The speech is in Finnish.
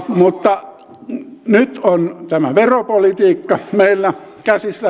mutta nyt on tämä veropolitiikka meillä käsissä